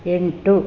ಎಂಟು